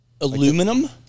Aluminum